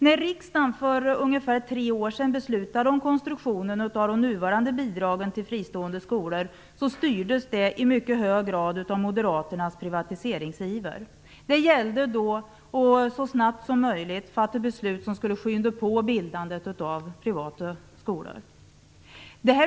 När riksdagen för cirka tre år sedan beslutade om konstruktionen av de nuvarande bidragen till de fristående skolorna styrdes det beslutet i mycket hög grad av moderaternas privatiseringsiver. Det gällde då att så snabbt som möjligt fatta beslut som skulle skynda på bildandet av privata skolor.